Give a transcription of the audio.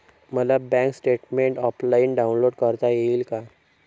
मला bank statement offline download करता येईल का?